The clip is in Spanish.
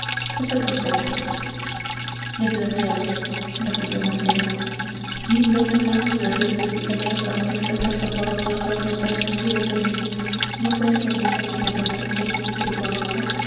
pues él tampoco desgraciado repitió el anciano mil veces más desgraciado que si cayeras para siempre traspasado por las bayonetas de tus viles amigos no crees en dios omnipotente justo y misericordioso